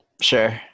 sure